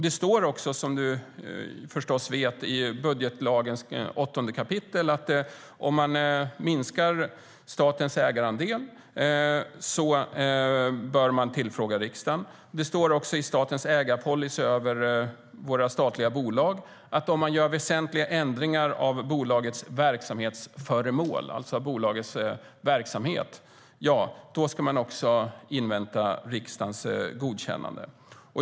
Det står också i 8 kap. budgetlagen att om man minskar statens ägarandel bör riksdagens tillfrågas. Det står också i statens ägarpolicy för statliga bolag att om man gör väsentliga ändringar av bolagets verksamhetsföremål, alltså bolagets verksamhet, då ska man invänta riksdagens godkännande.